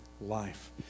life